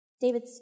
David